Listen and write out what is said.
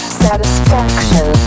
satisfaction